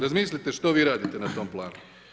Razmislite što vi radite na tom planu.